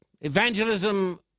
evangelism